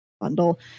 bundle